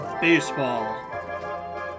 Baseball